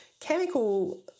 chemical